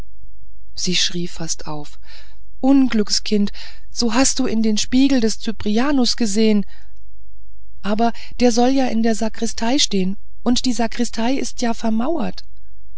sie schrie fast auf unglückskind so hast du in den spiegel des cyprianus gesehen aber der soll ja in der sakristei stehen und die sakristei ist ja vermauert